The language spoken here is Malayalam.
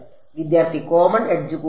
വിദ്യാർത്ഥി കോമൺ എഡ്ജ് കൂടാതെ